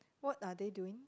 what are they doing